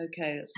Okay